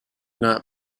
not